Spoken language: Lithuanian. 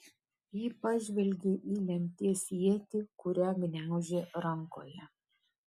ji pažvelgė į lemties ietį kurią gniaužė rankoje